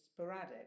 sporadic